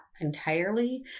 entirely